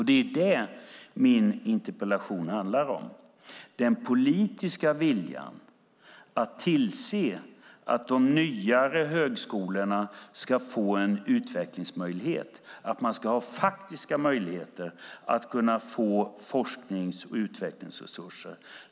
Det är det min interpellation handlar om, alltså den politiska viljan att tillse att de nyare högskolorna ska få utvecklingsmöjligheter, att de ska ha faktiska möjligheter att kunna få forsknings och utvecklingsresurser.